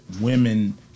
women